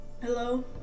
Hello